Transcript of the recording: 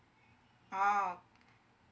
oh